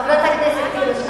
חברת הכנסת תירוש.